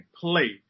play